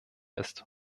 ist